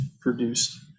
produced